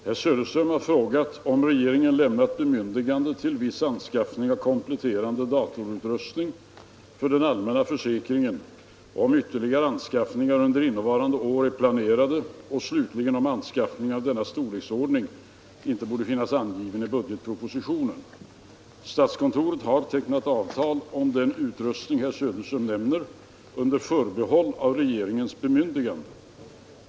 Herr talman! Herr Söderström har frågat mig om regeringen lämnat bemyndigande till viss anskaffning av kompletterande datorutrustning för den allmänna försäkringen, om ytterligare anskaffningar under innevarande år är planerade och slutligen om anskaffning av denna storleksordning inte borde finnas angiven i budgetpropositionen. Statskontoret har tecknat avtal om den utrustning herr Söderström nämner, under förbehåll av regeringens bemyndigande.